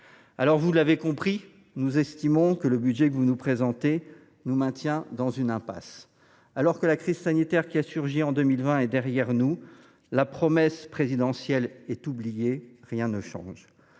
messieurs les ministres, nous estimons que le budget que vous nous présentez nous maintient dans une impasse. Alors que la crise sanitaire qui a surgi en 2020 est derrière nous, la promesse présidentielle est oubliée. Rien ne change.